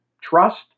trust